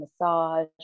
massage